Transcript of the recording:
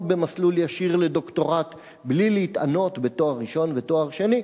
במסלול ישיר לדוקטורט בלי להתענות בתואר ראשון ותואר שני.